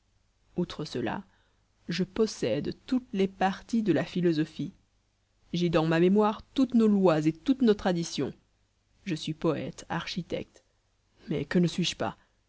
outre cela je possède toutes les parties de la philosophie j'ai dans ma mémoire toutes nos lois et toutes nos traditions je suis poète architecte mais que ne suis-je pas